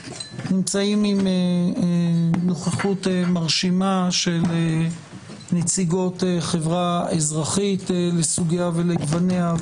נמצאים עם נוכחות מרשימה של נציגות החברה האזרחית לסוגיה ולגווניה,